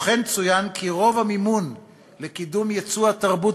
כמו כן צוין כי רוב המימון לקידום ייצוא התרבות